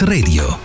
Radio